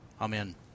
Amen